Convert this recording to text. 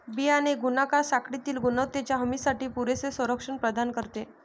बियाणे गुणाकार साखळीतील गुणवत्तेच्या हमीसाठी पुरेसे संरक्षण प्रदान करते